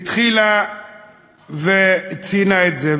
התחילה וציינה את זה,